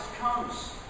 comes